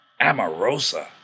Amarosa